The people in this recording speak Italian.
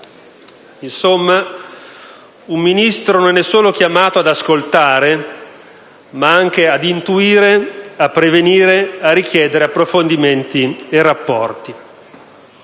Insomma, un Ministro è chiamato non solo ad ascoltare, ma anche ad intuire, a prevenire e a richiedere approfondimenti e rapporti.